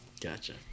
Gotcha